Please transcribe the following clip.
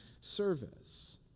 service